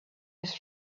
his